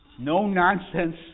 no-nonsense